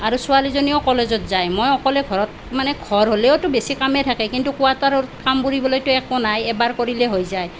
আৰু ছোৱালীজনীও কলেজত যায় মই অকলে ঘৰত মানে ঘৰ হলেওতো বেছি কামেই থাকে কিন্তু কোৱাটাৰৰ কাম বুলিবলৈতো একো নাই এবাৰ কৰিলেই হৈ যায়